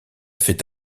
fait